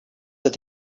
that